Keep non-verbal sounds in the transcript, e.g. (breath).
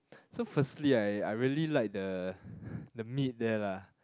so firstly I I really like the (breath) the meat there lah